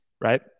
Right